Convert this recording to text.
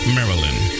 Maryland